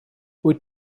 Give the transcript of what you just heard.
wyt